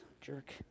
jerk